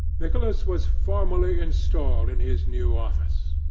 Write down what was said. nicholas was formally installed in his new office,